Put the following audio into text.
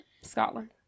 Scotland